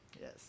Yes